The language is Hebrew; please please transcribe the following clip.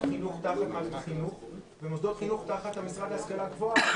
חינוך תחת מערכת חינוך ומוסדות חינוך תחת המועצה להשכלה גבוהה,